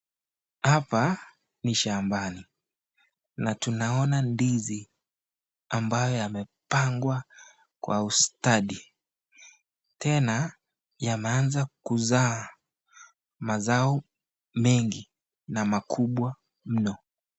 Hapa ni shambani, na tunaona ndizi ambayo yamepangwa kwa ustadi. Tena yameanza kuzaa mazao mengi na makubwa mno.